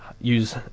use